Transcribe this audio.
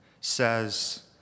says